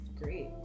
great